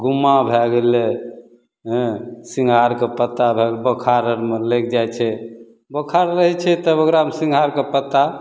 गुम्मा भै गेलै हँ सिङ्घारके पत्ता भै गेलै बोखार आओरमे लागि जाइ छै बोखार रहै छै तब ओकरामे सिङ्घारके पत्ता